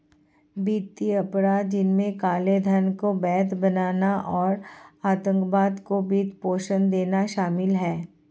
वित्तीय अपराध, जिनमें काले धन को वैध बनाना और आतंकवाद को वित्त पोषण देना शामिल है